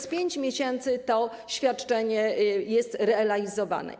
Od 5 miesięcy to świadczenie jest realizowane.